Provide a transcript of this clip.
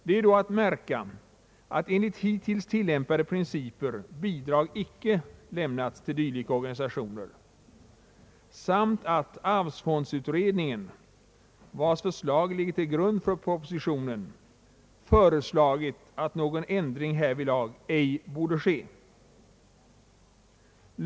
Det är då att märka att enligt hittills tillämpade principer bidrag icke lämnats till dylika organisationer samt att arvsfondsutredningen, vars förslag ligger till grund för propositionen, föreslagit att någon ändring härvidlag ej borde ske.